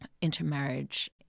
intermarriage